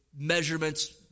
measurements